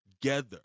together